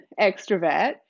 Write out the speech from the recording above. extrovert